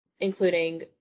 including